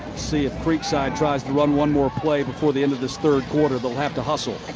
see if creekside tries to run one more play before the end of the third quarter. they'll have to hustle.